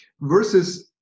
versus